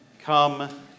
come